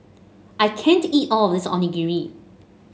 I can't eat all of this Onigiri